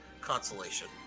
consolation